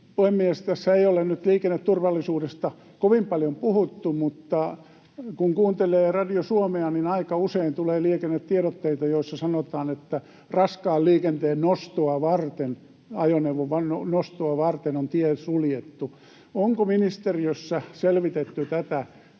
puhemies! Tässä ei ole nyt liikenneturvallisuudesta kovin paljon puhuttu, mutta kun kuuntelee Radio Suomea, niin aika usein tulee liikennetiedotteita, joissa sanotaan, että raskaan liikenteen ajoneuvon nostoa varten on tie suljettu. Onko ministeriössä selvitetty